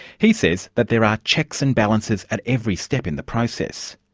he says that there are checks and balances at every step in the process.